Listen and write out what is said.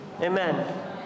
Amen